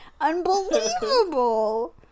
Unbelievable